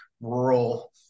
rural